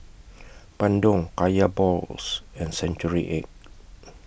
Bandung Kaya Balls and Century Egg